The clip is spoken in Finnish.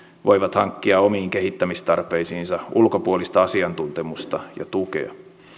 voivat hankkia omiin kehittämistarpeisiinsa ulkopuolista asiantuntemusta ja tukea